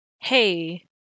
hey